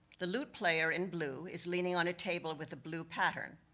the lute player, in blue, is leaning on a table with a blue pattern,